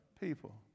people